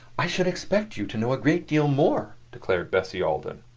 i should expect you to know a great deal more, declared bessie alden.